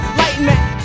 lightning